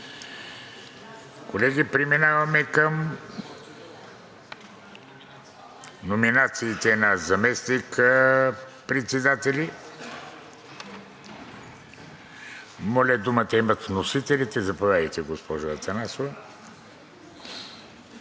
Колеги, преминаваме към номинациите на заместник-председатели. Моля, думата имат вносителите. Заповядайте, госпожо Атанасова.